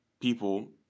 people